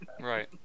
Right